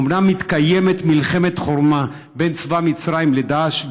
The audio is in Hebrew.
אומנם מתקיימת מלחמת חורמה בין צבא מצרים לדאעש,